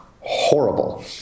horrible